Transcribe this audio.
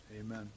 Amen